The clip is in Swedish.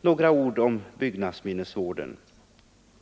Några ord om byggnadsminnesvården!